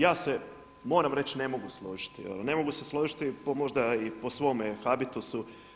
Ja se moram reći ne mogu složiti, ne mogu se složiti po možda i po svome habitusu.